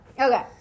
Okay